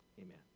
Amen